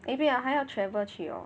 eh wait ah 还要 travel 去 hor